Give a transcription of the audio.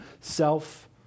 self